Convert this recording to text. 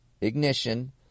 ignition